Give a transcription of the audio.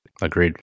Agreed